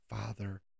father